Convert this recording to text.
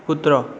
कुत्रो